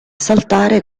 saltare